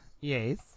Yes